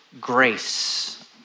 grace